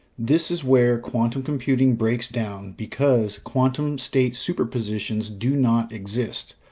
this is where quantum computing breaks down, because quantum state superpositions do not exist.